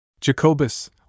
Jacobus